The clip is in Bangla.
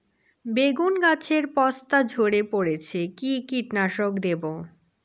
বেগুন গাছের পস্তা ঝরে পড়ছে কি কীটনাশক দেব?